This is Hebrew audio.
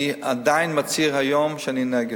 אני עדיין מצהיר היום שאני נגד,